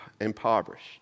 impoverished